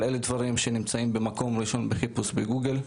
אבל אלה דברים שנמצאים במקום ראשון בחיפוש בגוגל.